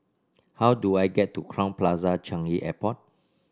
how do I get to Crowne Plaza Changi Airport